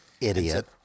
Idiot